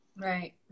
Right